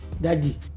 daddy